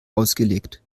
ausgelegt